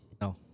No